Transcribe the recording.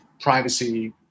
privacy